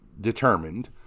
determined